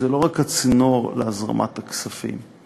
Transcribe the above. זה לא רק הצינור להזרמת הכספים.